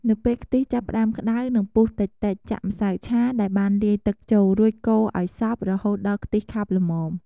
នៅពេលខ្ទិះចាប់ផ្ដើមក្ដៅ និងពុះតិចៗ ចាក់ម្សៅឆាដែលបានលាយទឹកចូល រួចកូរឱ្យសព្វ រហូតដល់ខ្ទិះខាប់ល្មម។